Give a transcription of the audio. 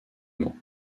mans